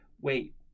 wait